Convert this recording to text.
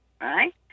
right